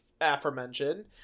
aforementioned